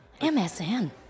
MSN